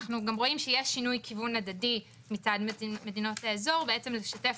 אנחנו גם רואים שיש שינוי כיוון הדדי מצד מדינות האזור לשתף